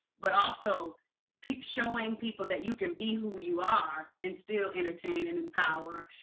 but also people showing people that you can be who you are, and still entertain, and empower,